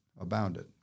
abounded